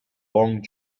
long